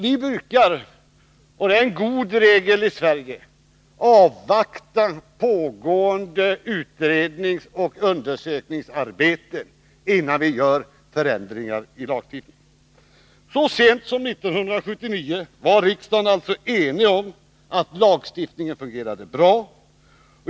Vi brukar i Sverige - och det är en god regel — avvakta pågående utredningsoch undersökningsarbete, innan vi gör förändringar i lagstiftningen. Så sent som 1979 var riksdagen alltså enig om att lagstiftningen fungerade bra.